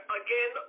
again